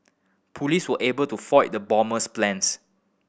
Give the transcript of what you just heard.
police were able to foil the bomber's plans